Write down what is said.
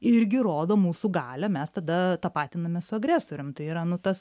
irgi rodo mūsų galią mes tada tapatinamės su agresorium tai yra nu tas